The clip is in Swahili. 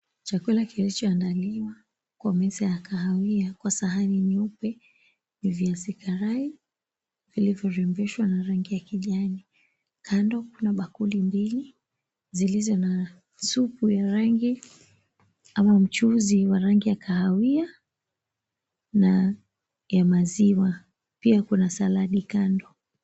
Chakula kilichoandaliwa kwa meza ya kahawia kwa sahani nyeupe ni viazi karai vilivyorembeshwa na rangi ya kijani. Kando kuna bakuli mbili zilizo na supu ya rangi ama mchuzi wa rangi ya kahawia na ya maziwa. Pia kuna saladi kando.